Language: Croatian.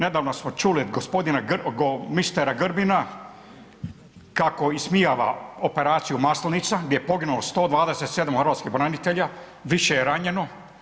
Nedavno smo čuli gospodina, mistera Grbine kako ismijava operaciju Maslenica gdje je poginulo 127 hrvatskih branitelja, više je ranjeno.